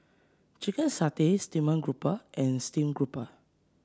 Chicken Satay Steamed Grouper and Steamed Grouper